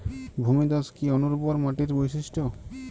ভূমিধস কি অনুর্বর মাটির বৈশিষ্ট্য?